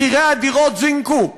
מחירי הדירות זינקו,